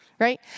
Right